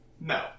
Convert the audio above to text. No